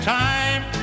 time